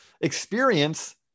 experience